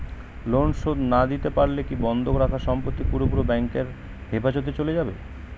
Loan শোধ না দিতে পারলে কি বন্ধক রাখা সম্পত্তি পুরোপুরি ব্যাংকের হেফাজতে চলে যাবে?